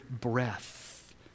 breath